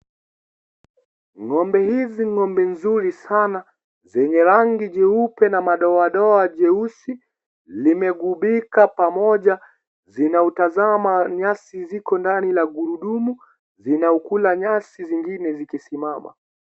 Ngombe hizi ngombe nzuri sana, zenye rangi jeupe na madoadoa jeusi, limegubika pamoja zinautazama nyasi ziko ndani ya gurudumu, zinaukula nyasi zingine zikisimama.